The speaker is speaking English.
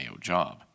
job